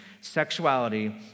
Sexuality